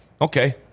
Okay